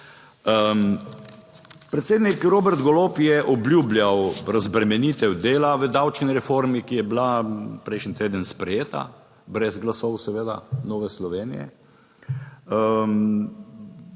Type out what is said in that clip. Predsednik Robert Golob je obljubljal razbremenitev dela v davčni reformi, ki je bila prejšnji teden sprejeta, brez glasov, seveda, Nove Slovenije.